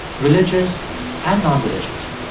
religious and nonreligious?